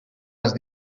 els